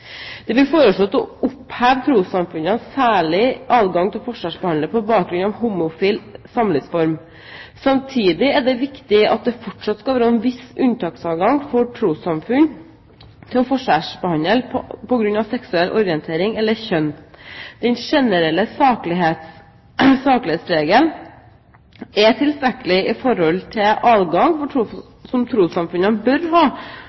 Det blir foreslått å oppheve trossamfunnenes særlige adgang til å forskjellsbehandle på bakgrunn av homofil samlivsform. Samtidig er det viktig at det fortsatt skal være en viss unntaksadgang for trossamfunn til å forskjellsbehandle på grunn av seksuell orientering eller kjønn. Den generelle saklighetsregelen er tilstrekkelig i forhold til adgang som trossamfunn bør ha